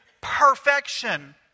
perfection